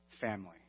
family